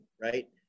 right